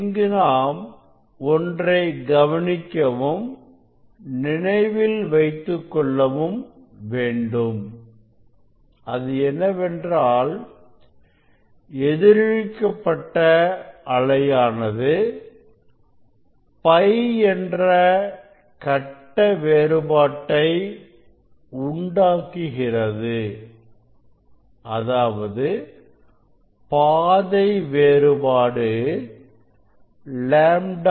இங்கு நாம் ஒன்றை கவனிக்கவும் நினைவிலும் வைத்துக்கொள்ளவேண்டும் அது என்னவென்றால் எதிரொலி க்கப்பட்ட அலையானது π என்ற கட்ட வேறுபாட்டை உண்டாக்குகிறது அதாவது பாதை வேறுபாடு λ 2